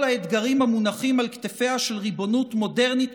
האתגרים המונחים על כתפיה של ריבונות מודרנית,